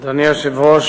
אדוני היושב-ראש,